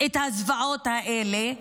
את הזוועות האלה,